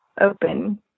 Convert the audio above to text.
open